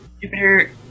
Jupiter